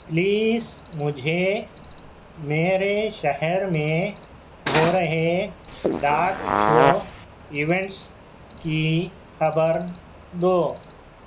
please مجھے میرے شہر میں ہو رہے ڈاگ شو ایونٹس کی خبر دو